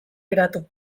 geratu